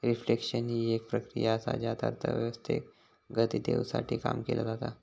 reflection हि एक प्रक्रिया असा ज्यात अर्थव्यवस्थेक गती देवसाठी काम केला जाता